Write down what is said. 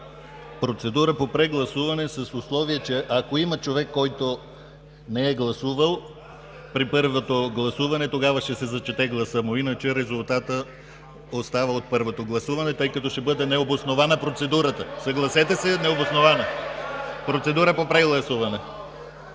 Процедура по прегласуване, с условие че ако има човек, който не е гласувал при първото гласуване, тогава ще се зачете гласът му. Иначе резултатът остава от първото гласуване, тъй като ще бъде необоснована процедурата. Съгласете се – необоснована. (Шум и реплики